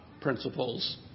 principles